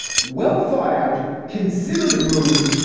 well thought out, considered move.